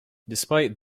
despite